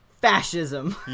fascism